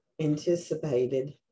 anticipated